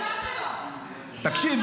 סתם --- תקשיב,